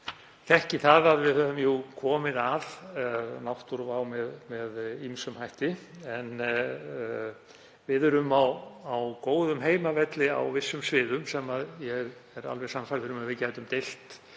þekki það að við höfum jú komið að náttúruvá með ýmsum hætti. Við erum á góðum heimavelli á vissum sviðum sem ég er alveg sannfærður um að við gætum deilt,